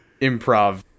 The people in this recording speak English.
improv